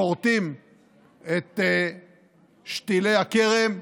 כורתים את שתילי הכרם,